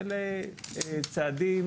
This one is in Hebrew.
אלה צעדים